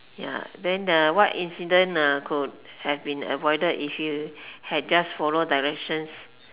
ya then the what incident could have been avoided if you had just followed directions